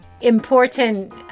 important